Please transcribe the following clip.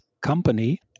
company